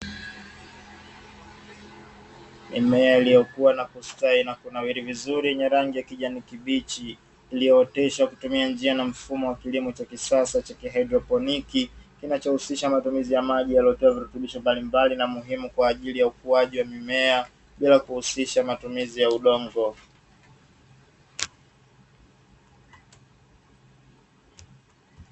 Mimea iliyokuwa na kustahi na kunawiri vizuri yenye rangi ya kijani kibichi iliyooteshwa kutumia njia na mfumo wa kilimo cha kisasa cha ki hydroponi, kinachohusisha matumizi ya maji yaliyotevidiyo mbalimbali na muhimu kwa ajili ya ukuaji wa mimea bila kuhusisha matumizi ya udongo.